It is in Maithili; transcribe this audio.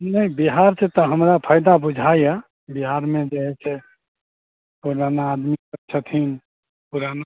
नहि बिहारके तऽ हमरा फायदा बुझाइत यऽ बिहारमे जे हए से पुराना आदमी सब छथिन पुराना